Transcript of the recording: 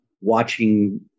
watching